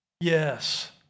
Yes